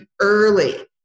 early